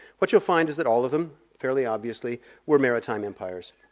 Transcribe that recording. what you'll find is that all of them fairly obviously were maritime empires.